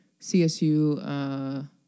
CSU